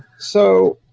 so